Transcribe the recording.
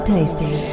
Tasty